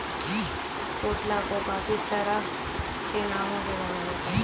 कंटोला को काफी तरह के नामों से जाना जाता है